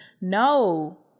No